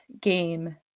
game